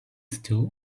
stu